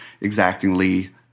exactingly